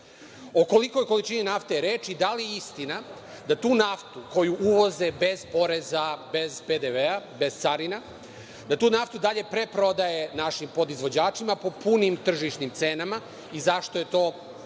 O kolikoj količini nafte je reč? I, da li je istina da tu naftu koju uvoze bez poreza, bez PDV-a, bez carina, da tu naftu dalje preprodaje našim podizvođačima po punim tržišnim cenama i zašto je to